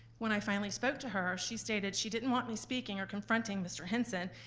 when i finally spoke to her, she stated she didn't want me speaking or confronting mr. hinson,